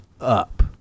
up